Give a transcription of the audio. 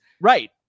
Right